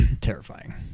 terrifying